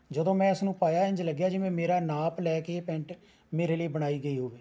ਜਦੋਂ ਮੈਂ ਇਸ ਨੂੰ ਪਾਇਆ ਇੰਝ ਲੱਗਿਆ ਜਿਵੇਂ ਮੇਰਾ ਨਾਪ ਲੈ ਕੇ ਪੈਂਟ ਮੇਰੇ ਲਈ ਬਣਾਈ ਗਈ ਹੋਵੇ